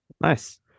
nice